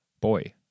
boy